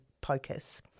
POCUS